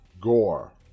Gore